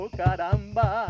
caramba